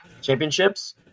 Championships